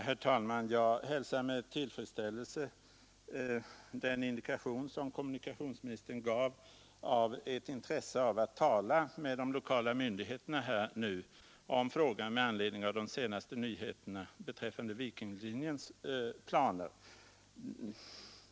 Herr talman! Jag hälsar med tillfredsställelse den indikation som kommunikationsministern gav på ett intresse av att tala med de lokala Nr 125 myndigheterna om frågan med anledning av de Tisdagen den beträffande Vikinglinjens planer.